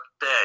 day